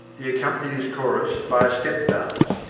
he accompanied his chorus by a step dance,